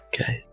okay